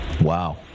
Wow